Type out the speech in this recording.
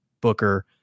Booker